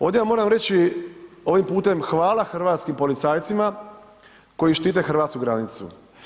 Ovdje vam moram reći ovim putem hvala hrvatskim policajcima koji štite hrvatsku granicu.